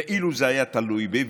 אילו זה היה תלוי בי,